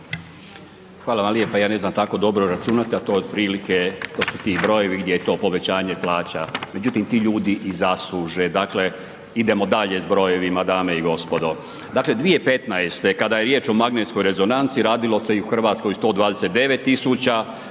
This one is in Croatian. Hvala vam lijepa. Ja ne znam tako dobro računati, a tu otprilike ti brojevi gdje je to povećanje plaća, međutim ti ih ljudi i zasluže. Dakle, idemo dalje s brojevima dame i gospodo. Dakle, 2015. kada je riječ o magnetskoj rezonanci radilo se u Hrvatskoj 129 tisuća,